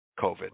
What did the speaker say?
COVID